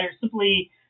simply